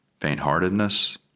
faint-heartedness